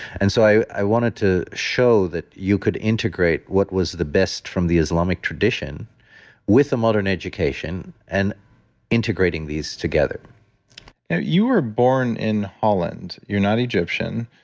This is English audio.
and so i wanted to show that you could integrate what was the best from the islamic tradition with the modern education and integrating these together you were born in holland, you're not egyptian,